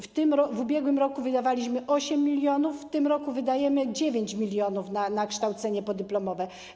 W ubiegłym roku wydaliśmy 8 mln, a w tym roku wydajemy 9 mln na kształcenie podyplomowe.